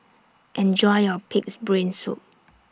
Enjoy your Pig'S Brain Soup